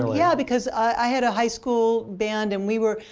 yeah, because i had a high school band. and we were,